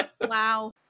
Wow